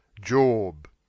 job